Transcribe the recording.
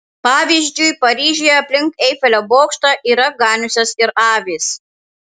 pavyzdžiui paryžiuje aplink eifelio bokštą yra ganiusios ir avys